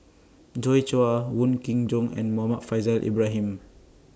Joi Chua Wong Kin Jong and Muhammad Faishal Ibrahim